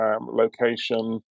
location